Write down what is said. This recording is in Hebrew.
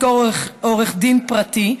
לשכור עורך דין פרטי,